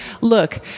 look